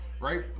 right